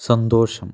സന്തോഷം